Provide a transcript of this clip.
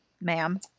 ma'am